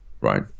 Right